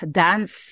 dance